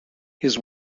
his